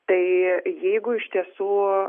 tai jeigu iš tiesų